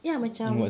ya macam